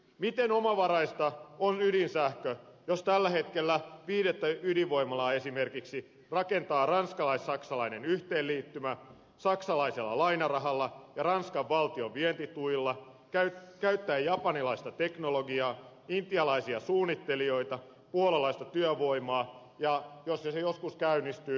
miten omavaraista on ydinsähkö jos tällä hetkellä esimerkiksi viidettä ydinvoimalaa rakentaa ranskalaissaksalainen yhteenliittymä saksalaisella lainarahalla ja ranskan valtion vientituilla käyttäen japanilaista teknologiaa intialaisia suunnittelijoita puolalaista työvoimaa ja jos se joskus käynnistyy australialaista uraania